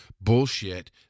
bullshit